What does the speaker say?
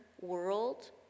world